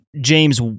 James